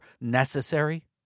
necessary